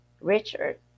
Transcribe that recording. Richard